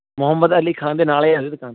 ਮੁਹੰਮਦ ਅਲੀ ਖਾਨ ਦੇ ਨਾਲ ਏ ਆ ਉਹਦੀ ਦੁਕਾਨ